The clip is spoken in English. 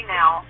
now